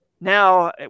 now